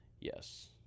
Yes